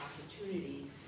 opportunity